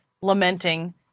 lamenting